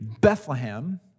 Bethlehem